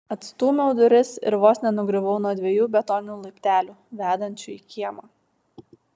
atstūmiau duris ir vos nenugriuvau nuo dviejų betoninių laiptelių vedančių į kiemą